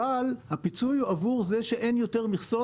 אבל הפיצוי הוא עבור זה שאין יותר מכסות